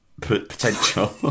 potential